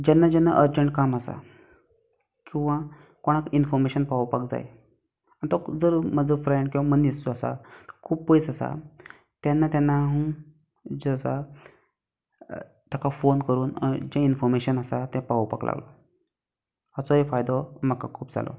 जेन्ना जेन्ना अर्जंट काम आसा किंवा कोणाक इनफोर्मेशन पावोवपाक जाय आनी तो जर म्हजो फ्रेंड किंवा मनीस जो आसा खूब पयस आसा तेन्ना तेन्ना हांव जें आसा ताका फोन करून जें इनफोर्मेशन आसा तें पावोवपाक लागलो हाचोय फायदो म्हाका खूब जालो